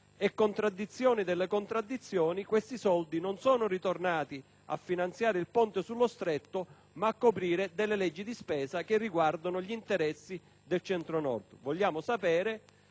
e, contraddizione delle contraddizioni, questi soldi non sono ritornati a finanziare il ponte sullo Stretto, ma a coprire delle leggi di spesa che riguardano gli interessi del Centro-Nord. Vogliamo sapere